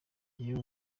jyewe